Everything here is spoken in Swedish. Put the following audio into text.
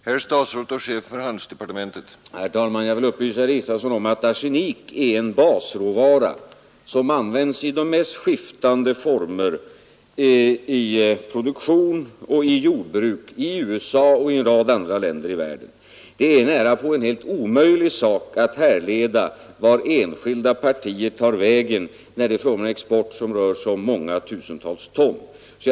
Herr talman! Jag vill upplysa herr Israelsson om att arsenik är en basråvara som används i de mest skiftande former i industri och i jordbruk, i USA och i en rad andra länder i världen. Det är nära på helt omöjligt att härleda vart enskilda partier tar vägen, när det är fråga om en export på många tusentals ton.